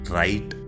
right